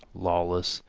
lawless,